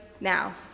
now